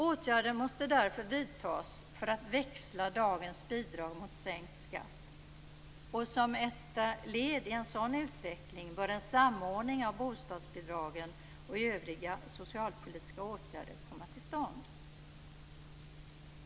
Åtgärder måste därför vidtas för att växla dagens bidrag mot sänkt skatt. Som ett led i denna utveckling bör en samordning av bostadsbidragen och övriga socialpolitiska åtgärder komma till stånd.